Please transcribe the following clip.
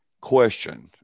question